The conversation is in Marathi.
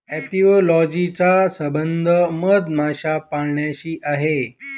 अपियोलॉजी चा संबंध मधमाशा पाळण्याशी आहे